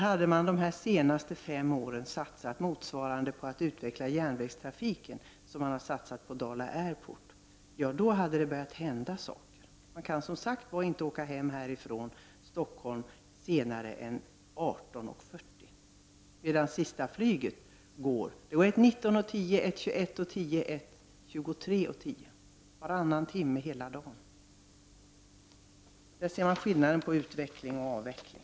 Hade man under de senaste fem åren satsat lika mycket på järnvägstrafiken som man har satsat på Dala Airport, hade det börjat hända saker. Man kan, som jag sagt, inte åka hem härifrån Stockholm med järnväg senare än kl. 18.40 medan flyget går varannan timme hela dagen, också kl. 19.10, 21.10 och 23.10. Där ser man skillnaden mellan utveckling och avveckling.